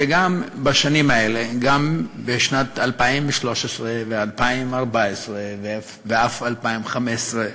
שגם בשנים האלה, גם בשנים 2013 ו-2014, ואף 2015,